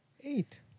Eight